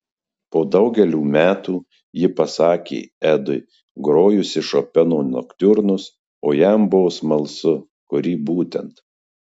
po daugelio metų ji pasakė edui grojusi šopeno noktiurnus o jam buvo smalsu kurį būtent